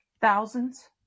Thousands